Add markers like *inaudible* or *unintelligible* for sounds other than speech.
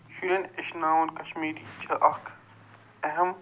*unintelligible* کشمیری چھِ اکھ اہم